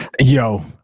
Yo